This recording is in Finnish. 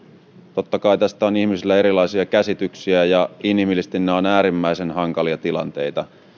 totta kai tästä on ihmisillä erilaisia käsityksiä ja inhimillisesti nämä ovat äärimmäisen hankalia tilanteita